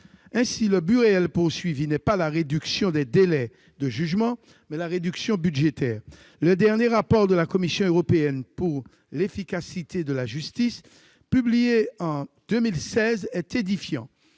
Ainsi, le but réel n'est pas la réduction des délais de jugement, mais la réduction budgétaire ! Pourtant, le dernier rapport de la Commission européenne sur l'efficacité de la justice, publié en 2016, est édifiant